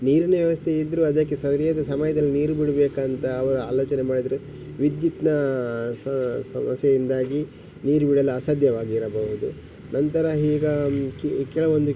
ನೀರಿನ ವ್ಯವಸ್ಥೆ ಇದ್ದರು ಅದಕ್ಕೆ ಸರಿಯಾದ ಸಮಯದಲ್ಲಿ ನೀರು ಬಿಡಬೇಕಂತ ಅವರು ಆಲೋಚನೆ ಮಾಡಿದರೆ ವಿದ್ಯುತ್ನ ಸಮಸ್ಯೆಯಿಂದಾಗಿ ನೀರು ಬಿಡಲು ಅಸಾಧ್ಯವಾಗಿರಬಹುದು ನಂತರ ಹೀಗೆ ಕೆಲವೊಂದು ಕೀ